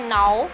now